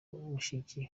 mushiki